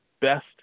best